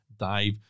dive